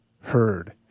heard